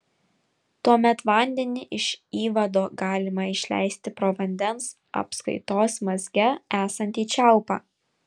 tuomet vandenį iš įvado galima išleisti pro vandens apskaitos mazge esantį čiaupą